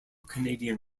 canadian